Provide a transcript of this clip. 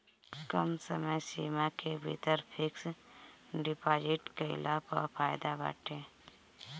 कम समय सीमा के भीतर फिक्स डिपाजिट कईला पअ फायदा बाटे